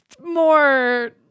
more